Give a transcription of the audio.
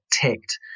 ticked